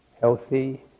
healthy